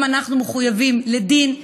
גם אנחנו מחויבים לדין,